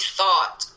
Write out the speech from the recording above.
thought